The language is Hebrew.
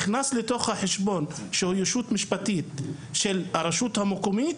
שהוא הישות המשפטית של הרשות המקומית,